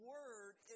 Word